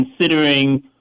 considering